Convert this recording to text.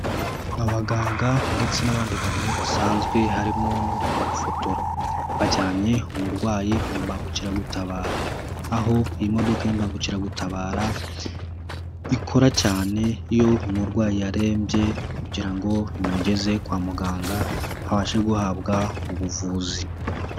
Abaganga ndetse n'abandi bantu basanzwe harimo n'urimo gufotora. Bajyanye umurwayi mu mbangukiragutabara. Aho iyi modoka y'imbangukiragutabara, ikora cyane iyo umurwayi yarembye kugira ngo imugeze kwa muganga, abashe guhabwa ubuvuzi.